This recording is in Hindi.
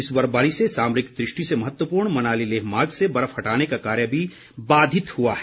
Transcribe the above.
इस बर्फबारी से सामरिक दृष्टि से महत्वपूर्ण मनाली लेह मार्ग से बर्फ हटाने का कार्य भी बाधित हुआ है